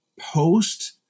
post